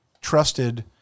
trusted